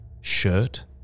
shirt